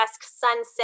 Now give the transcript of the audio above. sunset